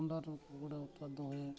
ଅଣ୍ଡା ରୁ କୁକୁଡ଼ା ଉତ୍ପାଦ ହୁଏ